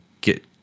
get